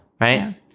right